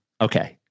okay